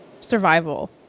survival